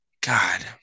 God